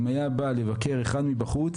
אם היה בא לבקר אחד מבחוץ,